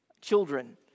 Children